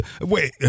wait